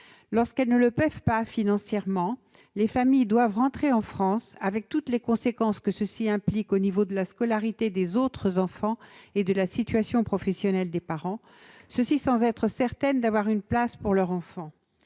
Lorsqu'elles ne le peuvent pas financièrement, les familles doivent rentrer en France, avec toutes les conséquences que cela implique au niveau de la scolarité des autres enfants et de la situation professionnelle des parents, et sans certitude d'obtenir une place pour l'enfant.